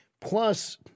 Plus